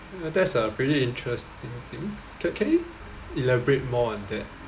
and that's a pretty interesting thing can can you elaborate more on that